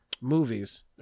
movies